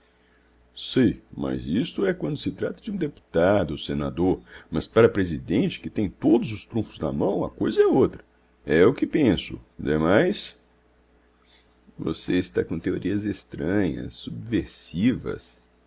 sei mas isto é quando se trata de um deputado ou senador mas para presidente que tem todos os trunfos na mão a coisa é outra é o que penso demais você está com teorias estranhas subversivas